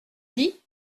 dit